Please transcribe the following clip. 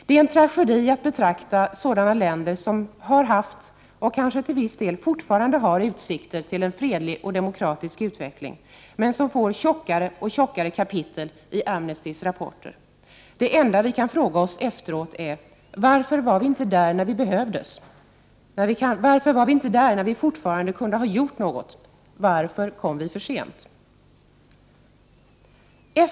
Det är en tragedi att betrakta sådana länder som har haft och kanske till viss del fortfarande har utsikter till en fredlig och demokratisk utveckling, men som får tjockare och tjockare kapitel i Amnestys rapporter. Det enda vi kan fråga oss efteråt är: Varför var vi inte där när vi behövdes? Varför var vi inte där när vi kanske fortfarande kunde ha gjort något? Varför kom vi för sent?